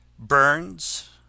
Burns